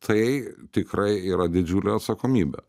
tai tikrai yra didžiulė atsakomybė